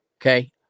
Okay